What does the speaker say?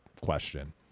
question